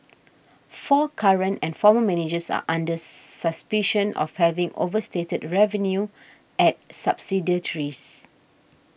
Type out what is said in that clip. four current and former managers are under suspicion of having overstated revenue at subsidiaries